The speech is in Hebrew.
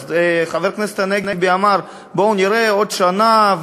אז חבר הכנסת הנגבי אומר: בואו נראה עוד שנה,